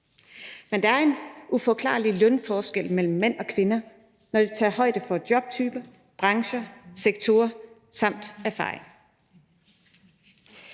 Men der er en uforklarlig lønforskel mellem mænd og kvinder, når vi tager højde for jobtyper, brancher, sektorer samt erfaring.